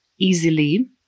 easily